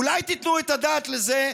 אולי תיתנו את הדעת על זה?